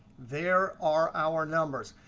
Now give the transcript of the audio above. there are our numbers.